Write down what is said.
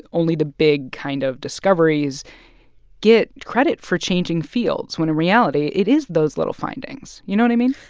only the big kind of discoveries get credit for changing fields when, in reality, it is those little findings. you know what i mean?